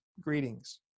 greetings